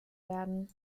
werden